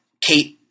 Kate